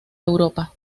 europa